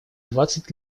двадцать